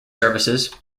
services